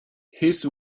his